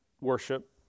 worship